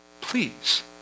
Please